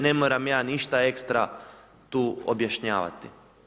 Ne moram ja ništa ekstra tu objašnjavati.